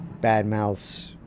badmouths